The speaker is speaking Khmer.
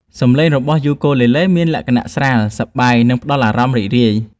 សំឡេងរបស់យូគូលេលេមានលក្ខណៈស្រាល សប្បាយ និងផ្តល់អារម្មណ៍រីករាយ។